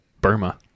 Burma